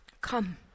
Come